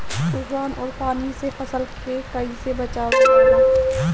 तुफान और पानी से फसल के कईसे बचावल जाला?